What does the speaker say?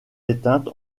éteinte